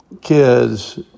kids